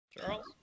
Charles